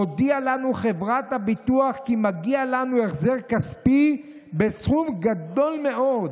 הודיעה לנו חברת הביטוח כי מגיע לנו החזר כספי בסכום גדול מאוד.